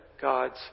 God's